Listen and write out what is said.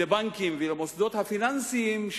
לבנקים ולמוסדות הפיננסיים,